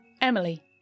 Emily